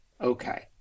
okay